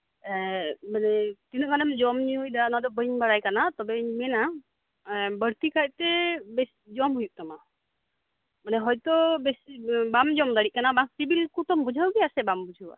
ᱢᱟᱱᱮ ᱛᱤᱱᱟᱹᱜ ᱜᱟᱱᱮᱢ ᱡᱚᱢᱧᱩᱭᱫᱟ ᱚᱱᱟᱫᱚ ᱵᱟᱹᱧ ᱵᱟᱲᱟᱭ ᱠᱟᱱᱟ ᱛᱚᱵᱮᱧ ᱢᱮᱱᱟ ᱵᱟᱹᱲᱛᱤᱠᱟᱭᱛᱮ ᱡᱚᱢ ᱦᱩᱭᱩᱜ ᱛᱟᱢᱟ ᱢᱟᱱᱮ ᱦᱚᱭᱛᱚ ᱵᱮᱥᱤ ᱵᱟᱢ ᱡᱚᱢᱫᱟᱲᱤᱜ ᱠᱟᱱᱟ ᱥᱤᱵᱤᱞ ᱠᱚᱫᱚᱢ ᱵᱩᱡᱷᱟᱹᱣ ᱜᱮᱭᱟ ᱥᱮᱵᱟᱢ ᱵᱩᱡᱷᱟᱹᱣ ᱜᱮᱭᱟ